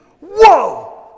Whoa